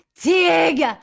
Dig